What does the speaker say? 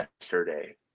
yesterday